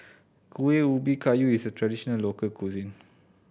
Kueh Ubi Kayu is a traditional local cuisine